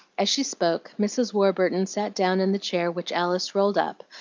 as she spoke, mrs. warburton sat down in the chair which alice rolled up,